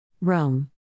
Rome